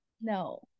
No